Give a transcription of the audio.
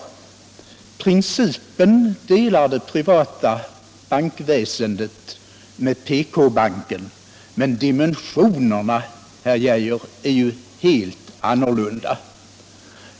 Den principen delar det privata bankväsendet med PK-banken, men dimensionerna, herr Geijer, är helt annorlunda.